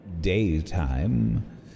Daytime